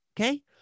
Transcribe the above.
Okay